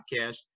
podcast